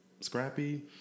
Scrappy